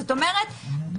זאת אומרת,